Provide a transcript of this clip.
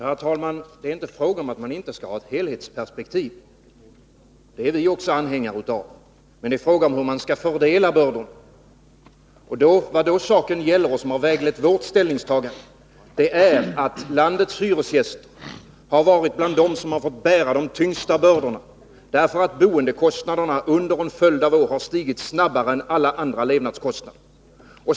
Herr talman! Det är inte fråga om att man inte skall ha ett helhetsperspektiv — det är vi också anhängare av — utan det är fråga om hur man skall fördela bördorna. Vad saken då gäller, och vad som har väglett vårt ställningstagande, är att landets hyresgäster har tillhört dem som fått bära de tyngsta bördorna, därför att boendekostnaderna under en följd av år har stigit snabbare än alla andra levnadskostnader.